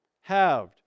halved